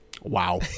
wow